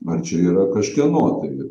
ar čia yra kažkieno tai